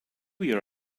year